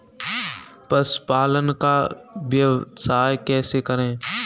पशुपालन का व्यवसाय कैसे करें?